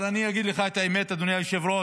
אבל אני אגיד לך את האמת, אדוני היושב-ראש.